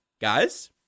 guys